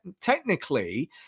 technically